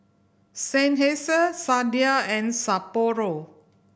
Seinheiser Sadia and Sapporo